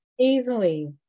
easily